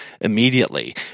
immediately